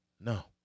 No